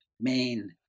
main